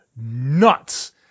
nuts